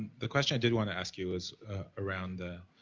the question i did want to ask you is around the